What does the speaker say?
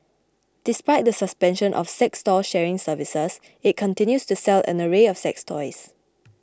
despite the suspension of sex doll sharing services it continues to sell an array of sex toys